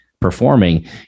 Performing